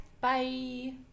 bye